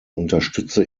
unterstütze